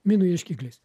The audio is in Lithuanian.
minų ieškikliais